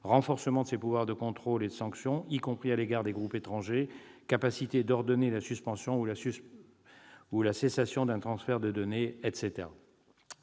renforcement de ses pouvoirs de contrôle et de sanction, y compris à l'égard des groupes étrangers, et une capacité à ordonner la suspension ou la cessation d'un transfert de données.